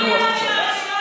שלך.